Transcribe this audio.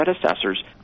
predecessors